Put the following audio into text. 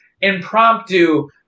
impromptu